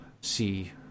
see